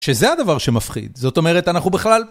שזה הדבר שמפחיד, זאת אומרת אנחנו בכלל...